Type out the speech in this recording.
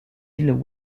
îles